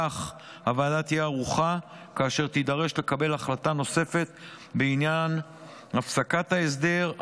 כך הוועדה תהיה ערוכה כאשר תידרש לקבל החלטה נוספת בעניין הפסקת ההסדר,